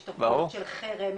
יש תרבות של חרם,